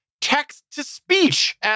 text-to-speech